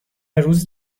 روز